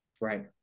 Right